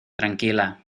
tranquila